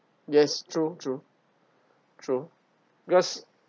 yes true true true because